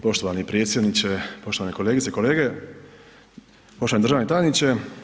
Poštovani predsjedniče, poštovane kolegice i kolege, poštovani državni tajniče.